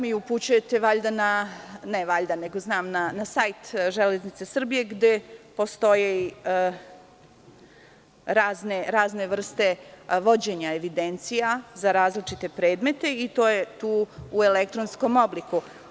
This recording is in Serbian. Čak me upućujete valjda, ne valjda, nego znam, na sajt „Železnica Srbije“, gde postoje razne vrste vođenja evidencija za različite predmete i to u elektronskom obliku.